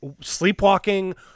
sleepwalking